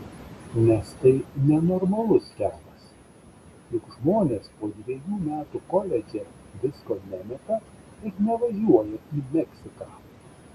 nes tai nenormalus kelias juk žmonės po dvejų metų koledže visko nemeta ir nevažiuoja į meksiką